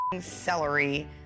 celery